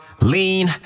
Lean